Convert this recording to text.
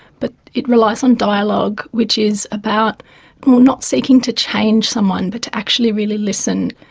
but it relies on dialogue which is about not seeking to change someone but to actually really listen.